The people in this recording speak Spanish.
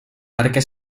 parque